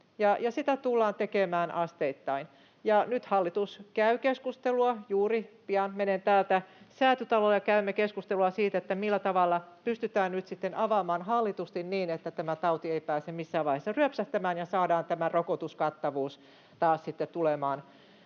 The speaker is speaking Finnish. sitä tullaan tekemään asteittain, ja nyt hallitus käy keskustelua siitä. Pian menen täältä juuri Säätytalolle, ja käymme keskustelua siitä, millä tavalla pystytään nyt sitten avaamaan hallitusti niin, että tämä tauti ei pääse missään vaiheessa ryöpsähtämään ja saadaan tämän rokotuskattavuus taas sitten